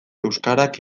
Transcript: euskarak